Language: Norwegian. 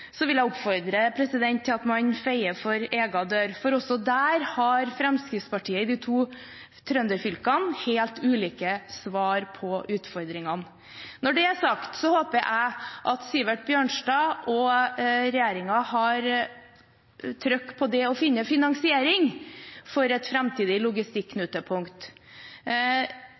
vil jeg oppfordre til at man feier for egen dør, for også der har Fremskrittspartiet i de to trønderfylkene helt ulike svar på utfordringene. Når det er sagt, håper jeg at Sivert Bjørnstad og regjeringen har trykk på det å finne finansiering til et framtidig logistikknutepunkt.